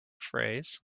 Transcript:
phrase